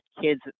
kids